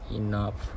enough